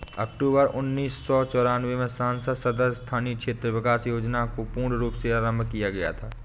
अक्टूबर उन्नीस सौ चौरानवे में संसद सदस्य स्थानीय क्षेत्र विकास योजना को पूर्ण रूप से आरम्भ किया गया था